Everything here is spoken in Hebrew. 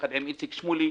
יחד עם איציק שמולי.